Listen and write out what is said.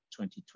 2020